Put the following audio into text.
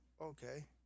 okay